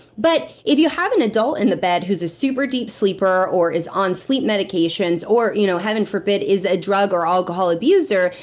but, if you have an adult in the bed who's a super deep sleeper, or is on sleep medications, or, you know heaven forbid, is a drug or alcohol abuser,